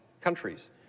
countries